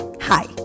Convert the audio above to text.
Hi